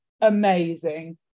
Amazing